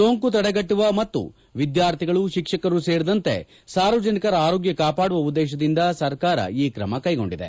ಸೋಂಕು ತಡೆಗಟ್ಟುವ ಮತ್ತು ವಿದ್ಕಾರ್ಥಿಗಳು ಶಿಕ್ಷಕರು ಸೇರಿದಂತೆ ಸಾರ್ವಜನಿಕರ ಆರೋಗ್ಯ ಕಾಪಾಡುವ ಉದ್ದೇಶದಿಂದ ಸರ್ಕಾರ ಈ ಕ್ರಮ ಕೈಗೊಂಡಿದೆ